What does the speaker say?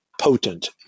potent